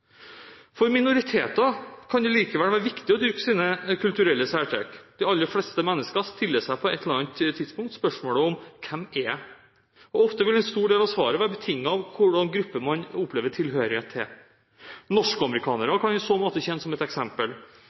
For minoriteter kan det likevel være viktig å dyrke sine kulturelle særtrekk. De aller fleste mennesker stiller seg på et eller annet tidspunkt spørsmålet: Hvem er jeg? Ofte vil en stor del av svaret være betinget av hvilken gruppe man opplever tilhørighet til. Norskamerikanere kan i så måte tjene som et eksempel.